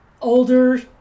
older